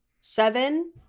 seven